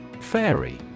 Fairy